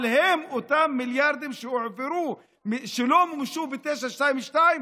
אבל הם אותם מיליארדים שלא מומשו ב-922,